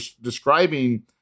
describing